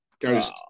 Goes